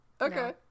Okay